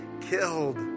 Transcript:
killed